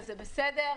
וזה בסדר,